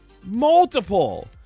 Multiple